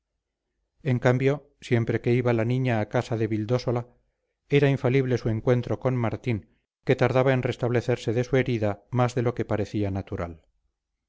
en cambio siempre que iba la niña a casa de vildósola era infalible su encuentro con martín que tardaba en restablecerse de su herida más de lo que parecía natural